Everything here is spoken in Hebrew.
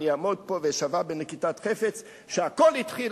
אני אעמוד פה ואשבע בנקיטת חפץ שהכול התחיל